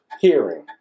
hearing